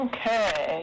Okay